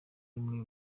muri